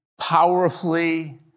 powerfully